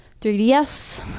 3ds